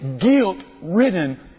guilt-ridden